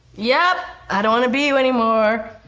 yeah i don't wanna be you anymore.